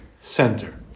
center